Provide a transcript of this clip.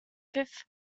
fifth